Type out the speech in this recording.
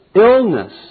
illness